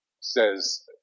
says